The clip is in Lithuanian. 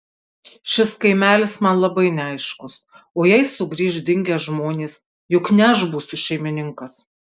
šis kaimelis man labai neaiškus o jei sugrįš dingę žmonės juk ne aš būsiu šeimininkas